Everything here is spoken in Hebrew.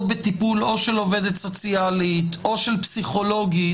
בטיפול או של עובדת סוציאלית או של פסיכולוגית,